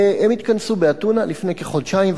הם התכנסו באתונה לפני כחודשיים,